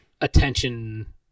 attention